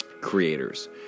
creators